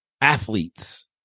athletes